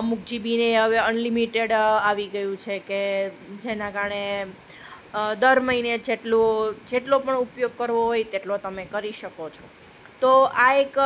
અમુક જીબીને હવે અનલિમિટેડ આવી ગયું છે કે જેના કારણે દર મહીને જેટલો જેટલો પણ ઉપયોગ કરવો હોય તેટલો તમે કરી શકો છો તો આ એક